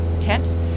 tent